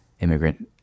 immigrant